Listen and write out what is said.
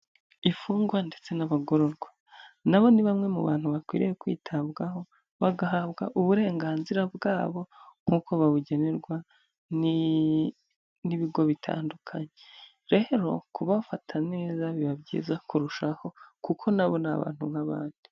Imfungwa ndetse n'abagororwa, na bo ni bamwe mu bantu bakwiriye kwitabwaho, bagahabwa uburenganzira bwabo nk'uko babugenerwa n'ibigo bitandukanye, rero kubafata neza biba byiza kurushaho, kuko na bo ni abantu nk'abandi.